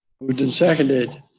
moved and seconded.